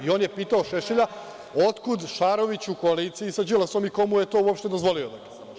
I on je pitao Šešelja, - otkud Šarović u koaliciji sa Đilasom i ko mu je to uopšte dozvolio?